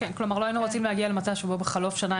לא היינו רוצים להגיע למצב שבחלוף שנה,